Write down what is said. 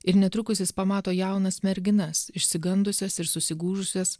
ir netrukus jis pamato jaunas merginas išsigandusias ir susigūžusias